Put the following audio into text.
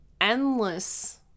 endless